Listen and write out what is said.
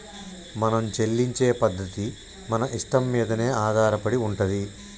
మనం చెల్లించే పద్ధతి మన ఇష్టం మీదనే ఆధారపడి ఉంటది